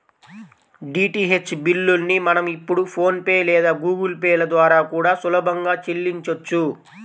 DTH బిల్లుల్ని మనం ఇప్పుడు ఫోన్ పే లేదా గుగుల్ పే ల ద్వారా కూడా సులభంగా చెల్లించొచ్చు